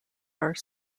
are